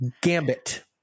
Gambit